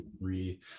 three